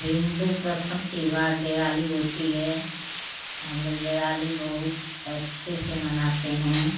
हिन्दू प्रथम त्योहार दिवाली होती है हम लोग दिवाली बहुत अच्छे से मनाते हैं